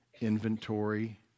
inventory